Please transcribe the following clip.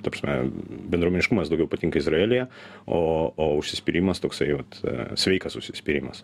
ta prasme bendruomeniškumas daugiau patinka izraelyje o o užsispyrimas toksai vat sveikas užsispyrimas